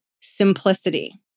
simplicity